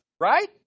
right